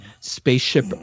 spaceship